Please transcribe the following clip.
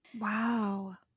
Wow